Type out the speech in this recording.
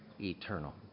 eternal